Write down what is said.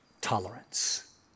tolerance